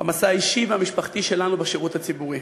במסע האישי והמשפחתי שלנו בשירות הציבורי,